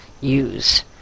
use